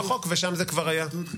שאפשר.